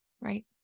Right